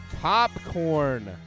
Popcorn